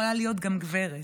זו יכולה להיות גם גברת.